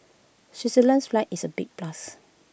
Switzerland's flag is A big plus